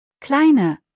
kleine